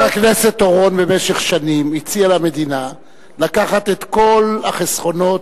חבר הכנסת אורון במשך שנים הציע למדינה לקחת את כל החסכונות